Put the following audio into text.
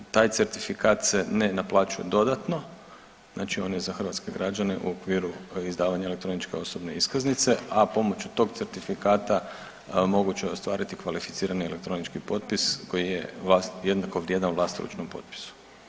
Taj certifikat se ne naplaćuje dodatno znači on je za hrvatske građane u okviru izdavanja elektroničke osobne iskaznice, a pomoću tog certifikata moguće je ostvariti kvalificirani elektronički potpis koji je jednako vrijedan vlastoručnom potpisu.